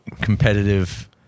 competitive